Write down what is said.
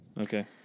Okay